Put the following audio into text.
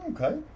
Okay